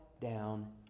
down